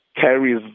carries